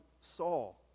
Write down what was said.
Saul